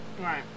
Right